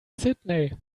sydney